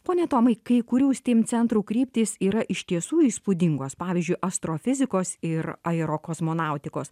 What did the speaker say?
pone tomai kai kurių steam centrų kryptys yra iš tiesų įspūdingos pavyzdžiui astrofizikos ir aerokosmonautikos